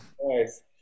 Nice